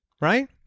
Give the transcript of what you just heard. right